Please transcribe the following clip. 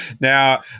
Now